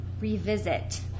revisit